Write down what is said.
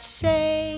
say